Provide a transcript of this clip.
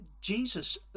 Jesus